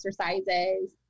exercises